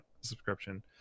subscription